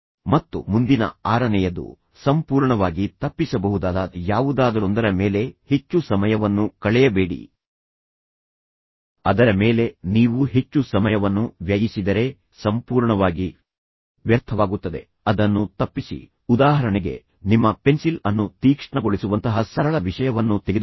ಮತ್ತು ಮುಂದಿನ ಆರನೇಯದು ಸಂಪೂರ್ಣವಾಗಿ ತಪ್ಪಿಸಬಹುದಾದ ಯಾವುದಾದರೊಂದರ ಮೇಲೆ ಹೆಚ್ಚು ಸಮಯವನ್ನು ಕಳೆಯಬೇಡಿ ಅದರ ಮೇಲೆ ನೀವು ಹೆಚ್ಚು ಸಮಯವನ್ನು ವ್ಯಯಿಸಿದರೆ ಸಂಪೂರ್ಣವಾಗಿ ವ್ಯರ್ಥವಾಗುತ್ತದೆ ಅದನ್ನು ತಪ್ಪಿಸಿ ಉದಾಹರಣೆಗೆ ನಿಮ್ಮ ಪೆನ್ಸಿಲ್ ಅನ್ನು ತೀಕ್ಷ್ಣಗೊಳಿಸುವಂತಹ ಸರಳ ವಿಷಯವನ್ನು ತೆಗೆದುಕೊಳ್ಳಿ